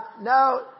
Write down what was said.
No